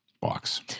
box